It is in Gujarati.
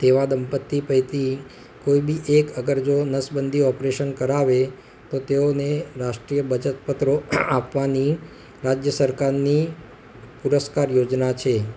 તેવા દંપતી પૈકી કોઈ બી એક અગર જો નસબંધી ઓપરેશન કરાવે તો તેઓને રાષ્ટ્રીય બચત પત્રો આપવાની રાજ્ય સરકારની પુરસ્કાર યોજના છે